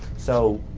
so,